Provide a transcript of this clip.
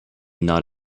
knot